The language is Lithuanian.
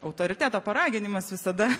autoriteto paraginimas visada